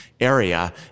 area